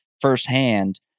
firsthand